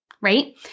right